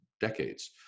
decades